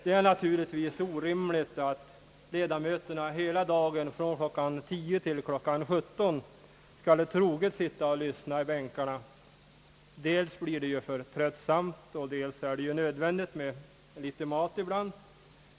Det är naturligtvis orimligt att ledamöterna hela dagen, från klockan 10.00 till 17.00, troget skall sitta och lyssna i bänkarna. Dels blir det tröttsamt och dels är det nödvändigt med litet mat ibland.